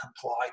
comply